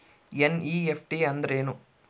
NEFT ಅಂದ್ರೆನು?